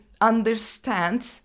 understand